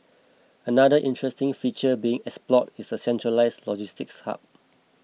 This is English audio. another interesting feature being explored is a centralised logistics hub